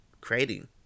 creating